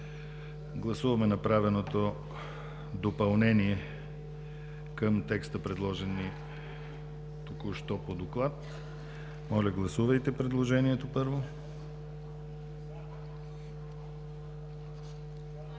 Гласуваме направеното допълнение към текста, предложен ни току-що по доклад. Моля, гласувайте първо предложението.